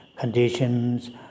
conditions